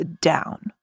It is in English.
down